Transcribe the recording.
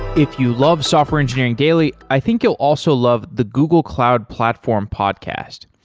if you love software engineering daily, i think you'll also love the google cloud platform podcast.